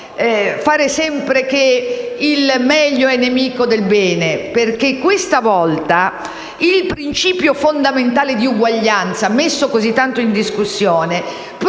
dire sempre che "il meglio è nemico del bene", perché questa volta il principio fondamentale di uguaglianza, messo così tanto in discussione, produrrà